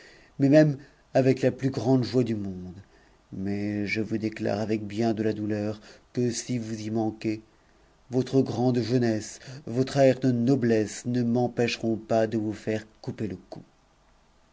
mais même avec la plus grande joie du monde mais je vous déclare avec bien de la douleur que si vous y manquez votre grande jeunesse votre air de noblesse ne m'empêcheront pas de vous faire couper le cou